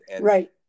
Right